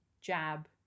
jab